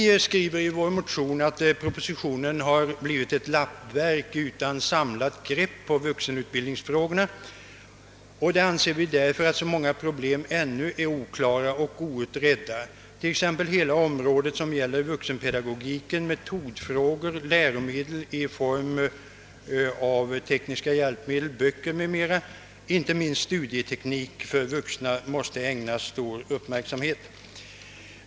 Vi skriver i vår motion att propositionen har blivit ett lappverk utan samlat grepp på vuxenutbildningsfrågorna, därför att så många problem ännu är oklara och outredda. Vi anser att t.ex. hela det område som gäller vuxenpedagogik, metodfrågor, läromedel i form av tekniska hjälpmedel, böcker m.m. och inte minst studieteknik för vuxna måste ägnas stor uppmärksamhet.